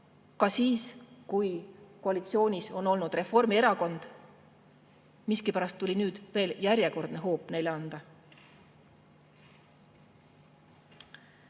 ka siis, kui koalitsioonis on olnud Reformierakond. Miskipärast tuli nüüd veel järjekordne hoop neile anda.